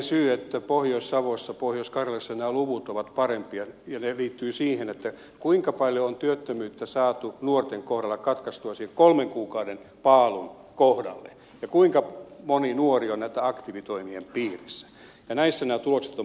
se että pohjois savossa pohjois karjalassa nämä luvut ovat parempia liittyy siihen kuinka paljon on työttömyyttä saatu nuorten kohdalla katkaistua siihen kolmen kuukauden paalun kohdalle ja kuinka moni nuori on näitten aktiivitoimien piirissä ja näissä nämä tulokset ovat parhaita